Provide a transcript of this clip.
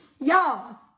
Y'all